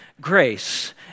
grace